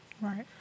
Right